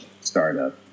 Startup